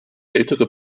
ältere